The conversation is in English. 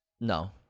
no